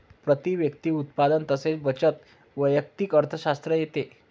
प्रती व्यक्ती उत्पन्न तसेच बचत वैयक्तिक अर्थशास्त्रात येते